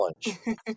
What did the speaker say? challenge